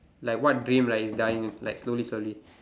like what dream lah is dying like slowly slowly